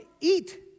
eat